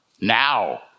now